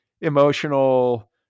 emotional